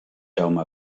jaume